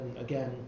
again